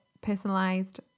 personalized